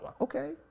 Okay